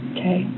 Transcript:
Okay